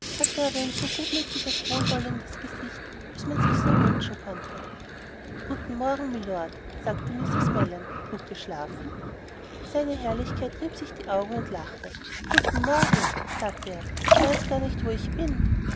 hatte aber ein so gutmütiges wohlwollendes gesicht als man sich's nur wünschen konnte guten morgen mylord sagte mrs mellon gut geschlafen seine herrlichkeit rieb sich die augen und lachte guten morgen sagte er ich weiß gar nicht wo ich bin